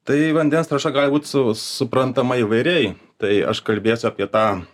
tai vandens tarša gali būt su suprantama įvairiai tai aš kalbėsiu apie tą